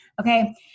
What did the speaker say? okay